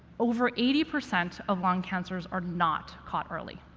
over eighty percent of lung cancers are not caught early.